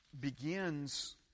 begins